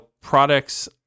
products